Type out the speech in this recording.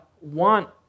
want